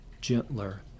gentler